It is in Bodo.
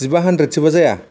जिबा हानद्रेद सोबा जाया